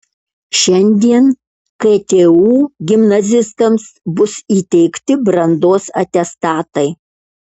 šiandien ktu gimnazistams bus įteikti brandos atestatai